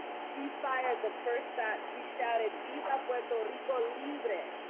she fired the first shot. she shouted, viva puerto rico libre!